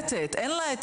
אין לה את